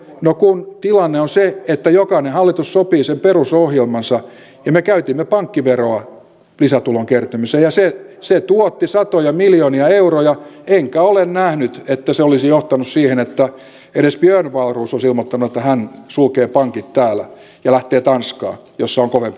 no kun tilanne on se että jokainen hallitus sopii sen perusohjelmansa ja me käytimme pankkiveroa lisätulon kertymiseen ja se tuotti satoja miljoonia euroja enkä ole nähnyt että se olisi johtanut siihen että edes björn wahlroos olisi ilmoittanut että hän sulkee pankit täällä ja lähtee tanskaan jossa on kovempi verotus